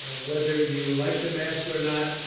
whether you like the mask or not,